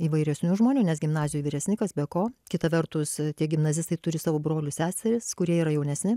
įvairesnių žmonių nes gimnazijoj vyresni kas be ko kita vertus tie gimnazistai turi savo brolius seseris kurie yra jaunesni